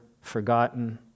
forgotten